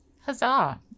huzzah